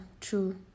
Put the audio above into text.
true